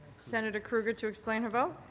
senator krueger to explain her vote.